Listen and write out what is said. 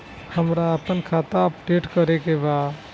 हमरा आपन खाता अपडेट करे के बा